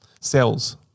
cells